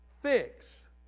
Fix